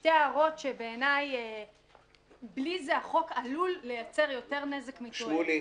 שתי הערות שבעיניי בלעדיהן החוק עלול לייצר יותר נזק מתועלת.